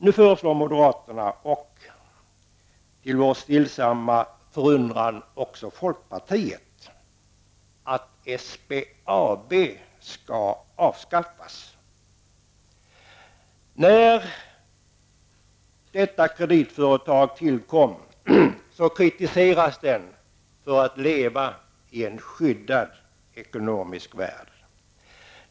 Nu föreslår moderaterna och, till vår stillsamma undran, även folkpartiet att SBAB skall avskaffas. När detta kreditföretag tillkom kritiserades det för att det ansågs leva i en skyddad ekonomisk värld.